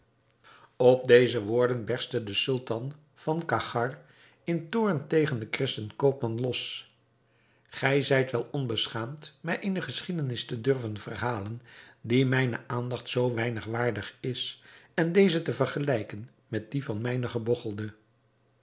op deze woorden berstte de sultan van cachgar in toorn tegen den christen koopman los gij zijt wel onbeschaamd mij eene geschiedenis te durven verhalen die mijne aandacht zoo weinig waardig is en deze te vergelijken met die van mijnen gebogchelde